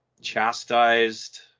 chastised